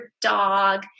dog